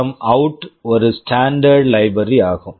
எம்அவுட் PWMOut ஒரு standard library standard library ஆகும்